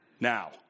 now